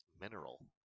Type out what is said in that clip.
mineral